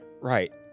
Right